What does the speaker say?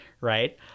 right